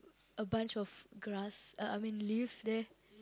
a bunch of grass uh I mean leaves there